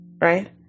Right